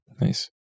nice